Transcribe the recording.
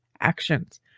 actions